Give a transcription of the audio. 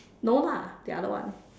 no lah the other one